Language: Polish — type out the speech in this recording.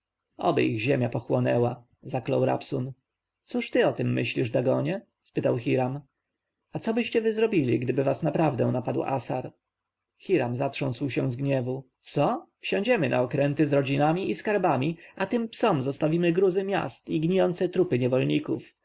oby ich ziemia pochłonęła zaklął rabsun cóż ty o tem myślisz dagonie spytał hiram a cobyście wy zrobili gdyby was naprawdę napadł assar hiram zatrząsł się z gniewu co wsiądziemy na okręty z rodzinami i skarbami a tym psom zostawimy gruzy miast i gnijące trupy niewolników